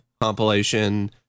compilation